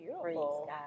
beautiful